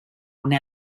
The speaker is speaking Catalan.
una